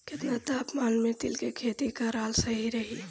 केतना तापमान मे तिल के खेती कराल सही रही?